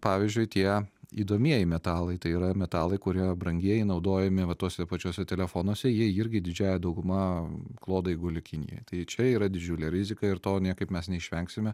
pavyzdžiui tie įdomieji metalai tai yra metalai kurie brangieji naudojami va tuose pačiuose telefonuose jie irgi didžiąja dauguma klodai guli kinijoj tai čia yra didžiulė rizika ir to niekaip mes neišvengsime